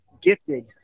gifted